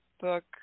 book